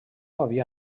havia